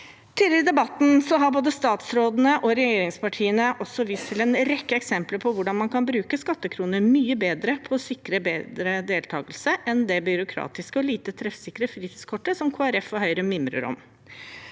Tidligere i debatten har både statsrådene og regjeringspartiene vist til en rekke eksempler på hvordan man kan bruke skattekronene mye bedre på å sikre bedre deltakelse enn det byråkratiske og lite treffsikre fritidskortet som Kristelig Folkeparti og Høyre mimrer om.